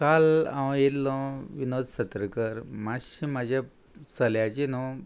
काल हांव येयल्लो विनोद सत्रकर मातशें म्हाज्या चल्याचे न्हू